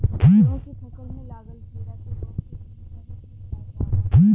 गेहूँ के फसल में लागल कीड़ा के रोग के दूर करे के उपाय का बा?